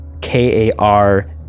K-A-R